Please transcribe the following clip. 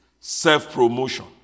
Self-promotion